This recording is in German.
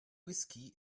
whisky